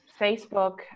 Facebook